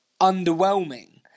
underwhelming